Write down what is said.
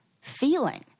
feeling